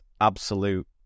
Absolute